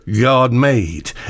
God-made